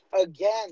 again